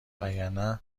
وگرنه